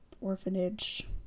orphanage